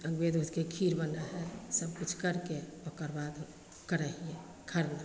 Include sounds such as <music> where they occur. <unintelligible> खीर बनै हइ ई सबकिछु करिके ओकर बाद करै हिए खरना